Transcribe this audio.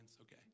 okay